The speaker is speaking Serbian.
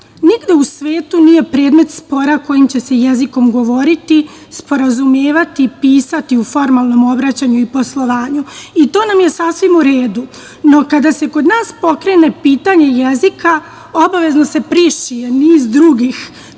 u svetu nije predmet spora kojim će se jezikom govoriti, sporazumevati, pisati u formalnom obraćanju i poslovanju i to nam je sasvim uredu. No, kada se kod nas pokrene pitanje jezika obavezno se prišije niz drugih